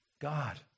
God